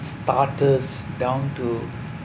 starters down to